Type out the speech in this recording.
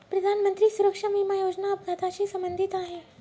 प्रधानमंत्री सुरक्षा विमा योजना अपघाताशी संबंधित आहे